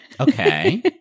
okay